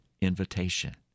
invitation